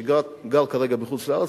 שגר כרגע בחוץ-לארץ,